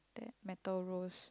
that metal rose